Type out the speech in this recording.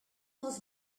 was